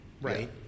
right